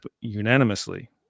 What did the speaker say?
unanimously